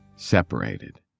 separated